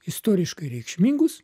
istoriškai reikšmingus